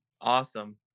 awesome